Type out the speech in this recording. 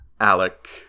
Alec